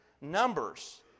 numbers